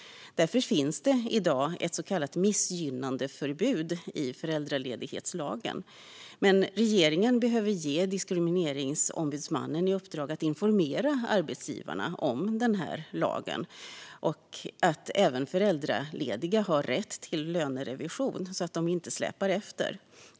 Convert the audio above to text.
Därför finns det i dag ett så kallat missgynnandeförbud i föräldraledighetslagen. Men regeringen bör ge Diskrimineringsombudsmannen i uppdrag att informera arbetsgivarna om föräldraledighetslagen och att även föräldralediga har rätt till lönerevision, så att de inte släpar efter.